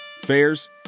fairs